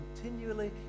continually